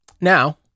Now